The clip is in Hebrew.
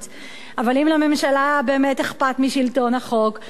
אבל אם לממשלה באמת אכפת משלטון החוק היא לא היתה